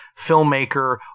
filmmaker